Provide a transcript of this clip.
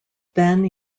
then